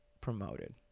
Promoted